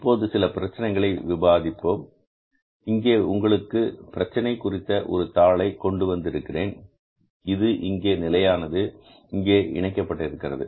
இப்போது சில பிரச்சினைகளை விவாதிப்போம் இங்கே உங்களுக்கு பிரச்சனை குறித்த ஒரு தாழை கொண்டு வந்திருக்கிறேன் இது இங்கே நிலையானது இங்கே இணைக்கப்பட்டிருக்கிறது